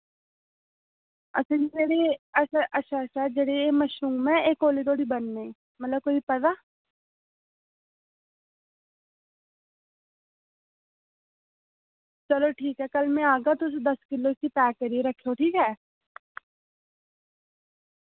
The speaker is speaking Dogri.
अच्छा जेह्ड़े एह् अच्छा अच्छा जेह्ड़े एह् मशरूम ऐ एह् कोल्ले धोड़ी बनने मतलब कोई पता चलो ठीक ऐ कल में आह्गा तुस दस्स किल्लो उसी पैक करियै रक्खेओ ठीक ऐ